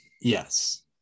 Yes